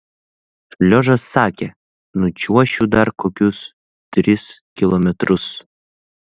šliožas sakė nučiuošiu dar kokius tris kilometrus